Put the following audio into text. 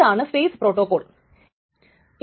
ഈ ഒരു അപേക്ഷയും നിരാകരിക്കും